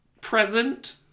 present